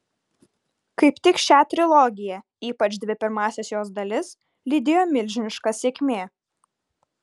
kaip tik šią trilogiją ypač dvi pirmąsias jos dalis lydėjo milžiniška sėkmė